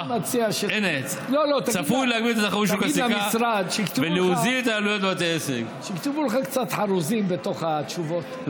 תגיד למשרד שיכתבו לך קצת חרוזים בתוך התשובות,